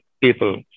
people